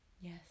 Yes